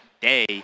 day